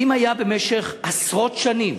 אם היה במשך עשרות שנים